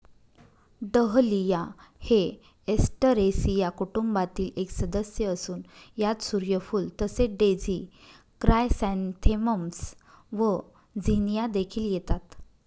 dahlia हे Asteraceae कुटुंबातील एक सदस्य असून यात सूर्यफूल तसेच डेझी क्रायसॅन्थेमम्स व झिनिया देखील येतात